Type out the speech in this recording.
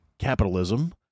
capitalism